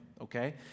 okay